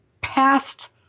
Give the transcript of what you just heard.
past